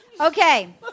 Okay